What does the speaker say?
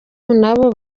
nabo